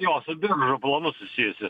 jo su biržos planu susijusi